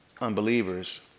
unbelievers